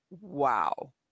wow